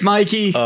Mikey